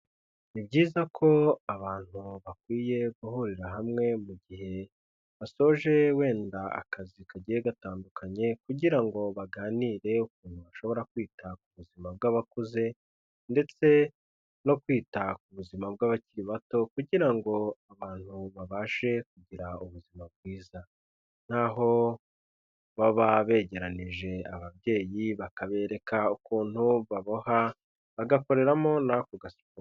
Ni byiza ko abantu bakwiye guhurira hamwe mu gihe basoje wenda akazi kagiye gatandukanye kugira ngo baganire ukuntu bashobora kwita ku buzima bw'abakuze ndetse no kwita ku buzima bw'abakiri bato kugira ngo abantu babashe kugira ubuzima bwiza, ni aho baba begeranije ababyeyi bakabereka ukuntu baboha bagakoreramo n'ako gasiporo.